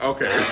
Okay